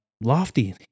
Lofty